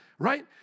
right